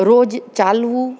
રોજ ચાલવું